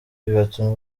bigatuma